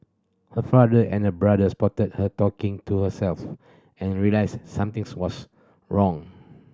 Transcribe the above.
her father and brother spotted her talking to herself and realised something's was wrong